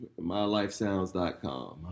MyLifeSounds.com